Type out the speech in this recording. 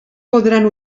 podran